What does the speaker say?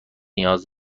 نیاز